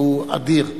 והוא אדיר.